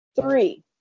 Three